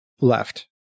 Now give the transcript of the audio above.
left